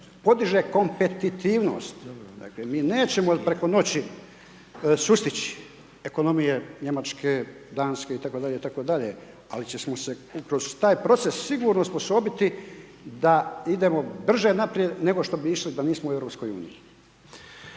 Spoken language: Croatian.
podiže kompetitivnost, dakle, mi nećemo preko noći sustići ekonomije Njemačke, Danske i tako dalje, i tako dalje, ali ćemo se kroz taj proces sigurno osposobiti da idemo brže naprijed nego što bi išli da nismo u